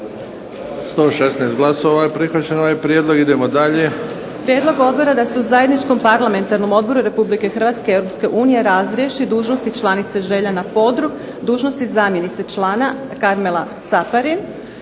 116 glasova je prihvaćen ovaj prijedlog. Idemo dalje. **Majdenić, Nevenka (HDZ)** Prijedlog je odbora da se u Zajedničkom parlamentarnom odboru Republike Hrvatske i europske unije razriješi dužnosti članice Željana Podrug, dužnosti zamjenice člana Karmela Caparin